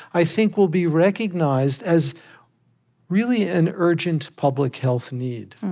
i think, will be recognized as really an urgent public health need